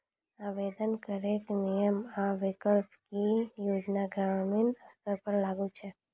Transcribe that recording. आवेदन करैक नियम आ विकल्प? की ई योजना ग्रामीण स्तर पर लागू छै?